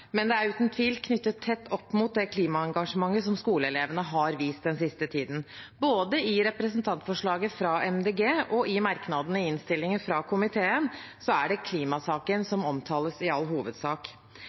men det er uten tvil knyttet tett opp mot det klimaengasjementet skoleelevene har vist den siste tiden. Både i representantforslaget fra Miljøpartiet De Grønne og i merknadene i innstillingen fra komiteen er det klimasaken